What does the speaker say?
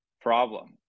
problem